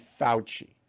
Fauci